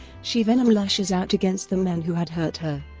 she-venom lashes out against the men who had hurt her,